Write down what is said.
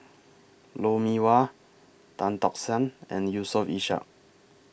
Lou Mee Wah Tan Tock San and Yusof Ishak